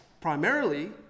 primarily